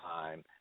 time